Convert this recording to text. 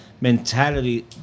mentality